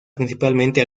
principalmente